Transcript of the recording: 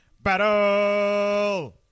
battle